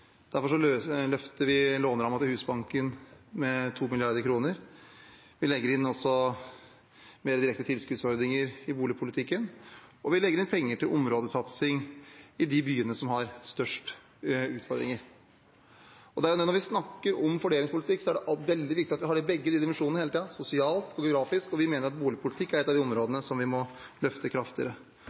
Derfor løfter vi lånerammen til Husbanken med 2 mrd. kr. Vi legger også inn mer direkte tilskuddsordninger i boligpolitikken, og vi legger inn penger til områdesatsing i de byene som har størst utfordringer. Når vi snakker om fordelingspolitikk, er det veldig viktig at vi har begge de dimensjonene hele tiden – sosialt og geografisk – og vi mener at boligpolitikk er et av de områdene vi må løfte kraftigere.